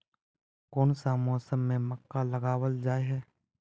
कोन सा मौसम में मक्का लगावल जाय है?